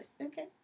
Okay